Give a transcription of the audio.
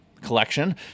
collection